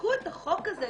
כשחוקקו את החוק הזה,